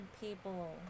people